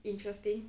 interesting